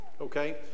Okay